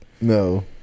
No